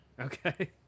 Okay